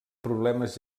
problemes